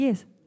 Yes